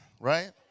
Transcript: right